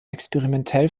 experimentell